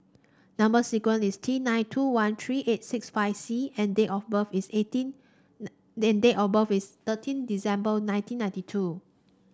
number sequence is T nine two one three eight six five C and date of birth is eighteen and date of birth is thirteen December nineteen ninety two